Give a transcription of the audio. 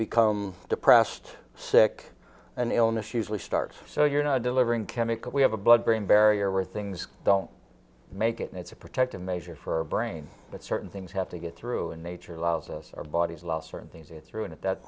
become depressed sick an illness usually starts so you're not delivering chemical we have a blood brain barrier where things don't make it and it's a protective measure for a brain but certain things have to get through in nature allows us our bodies allow certain things it through and that